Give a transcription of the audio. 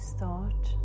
start